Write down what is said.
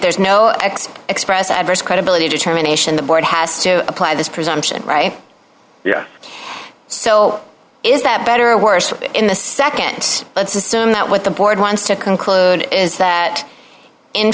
there's no ex express adverse credibility determination the board has to apply this presumption right there so is that better or worse in the nd let's assume that what the board wants to conclude is that in